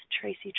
Tracy